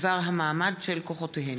בדבר המעמד של כוחותיהן.